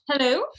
Hello